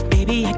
Baby